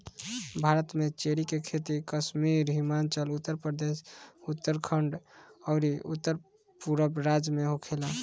भारत में चेरी के खेती कश्मीर, हिमाचल प्रदेश, उत्तरखंड अउरी उत्तरपूरब राज्य में होखेला